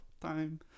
time